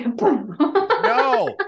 No